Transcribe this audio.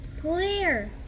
clear